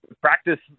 practice